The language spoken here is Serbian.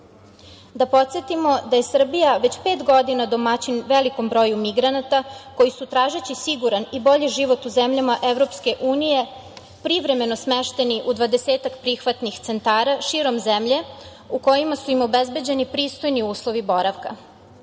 podsetimo da je Srbija već pet godina domaćin velikom broju migranata koji su tražeći siguran i bolji život u zemljama EU privremeno smešteni u dvadesetak prihvatnih centara širom zemlje u kojima su im obezbeđeni pristojni uslovi boravka.